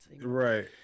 Right